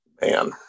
Man